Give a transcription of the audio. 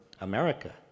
America